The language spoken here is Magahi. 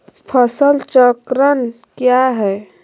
फसल चक्रण क्या है?